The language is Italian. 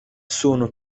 sono